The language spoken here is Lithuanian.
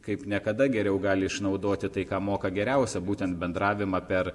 kaip niekada geriau gali išnaudoti tai ką moka geriausia būtent bendravimą per